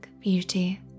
beauty